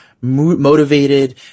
motivated